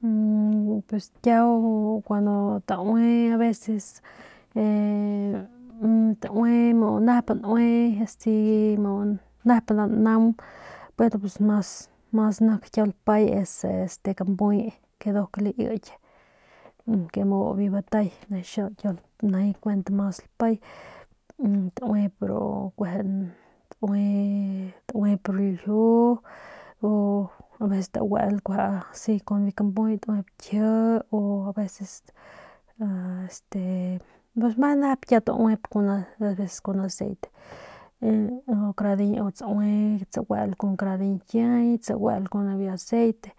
Pues kiau kuandu taui aveces taue nep nue este si nep nda naung pero nik mas kiau lpay es kampuy ke nduk laiky ke mu biu batay de xiau nijiy mas kiau lpay tauep kueje taue tauep ru ljiu u aveces taguel kueje asi kun biu kampuy tauip kji o aveces este meje nep kiau tauep kun aceite u tsaue kun kara diñkiay tsaguel kun biu aceite